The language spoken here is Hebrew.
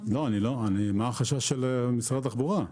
מה החשש של משרד התחבורה?